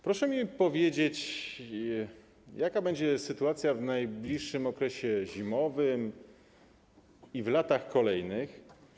Proszę mi powiedzieć: Jaka będzie sytuacja w najbliższym okresie zimowym i w latach kolejnych?